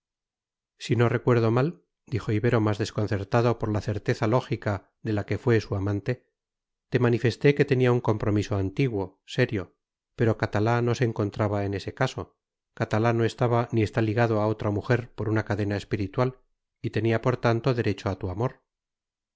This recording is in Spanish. si no recuerdo mal dijo ibero más desconcertado por la certeza lógica de la que fue su amante te manifesté que tenía un compromiso antiguo serio pero catalá no se encontraba en ese caso catalá no estaba ni está ligado a otra mujer por una cadena espiritual y tenía por tanto derecho a tu amor